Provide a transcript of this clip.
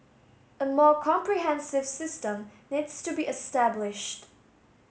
a more comprehensive system needs to be established